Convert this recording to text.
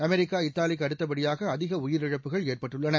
America இத்தாலிக்கு அடுத்தபடியாக அதிக உயிரிழப்புகள் ஏற்பட்டுள்ளன